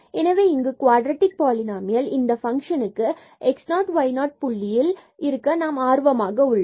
எனவே இங்கு quadratic polynomial இந்த ஃபங்ஷனுக்கு இந்த x0 y0 புள்ளியில் இருக்க நாம் ஆர்வமாக உள்ளோம்